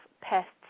pests